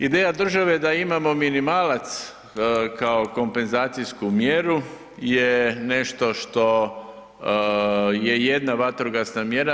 Ideja države da imamo minimalac kao kompenzacijsku mjeru je nešto što je jedna vatrogasna mjera.